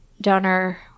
donor